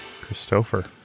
Christopher